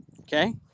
Okay